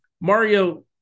Mario